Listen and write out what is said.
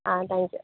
ಆ thank you